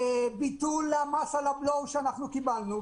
ביטול המס על הבלו שקיבלנו.